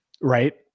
right